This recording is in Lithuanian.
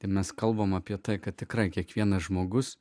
ir mes kalbame apie tai kad tikrai kiekvienas žmogus